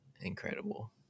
incredible